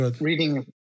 reading